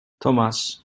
thomas